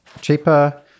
cheaper